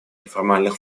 неформальных